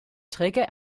träger